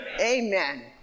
Amen